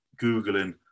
Googling